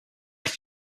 that